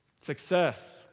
Success